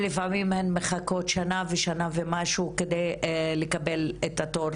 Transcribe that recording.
ולפעמים הן מחכות שנה ויותר כדי לקבל את התור